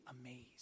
amazed